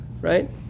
right